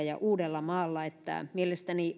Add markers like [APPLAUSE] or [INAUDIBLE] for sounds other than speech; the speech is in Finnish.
[UNINTELLIGIBLE] ja uudellamaalla että mielestäni